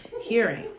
hearing